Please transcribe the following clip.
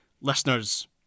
listeners